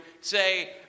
say